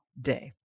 day